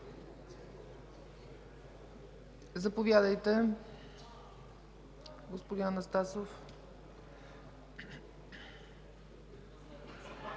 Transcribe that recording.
Заповядайте, господин Анастасов.